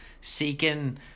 seeking